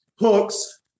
hooks